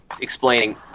explaining